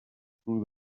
through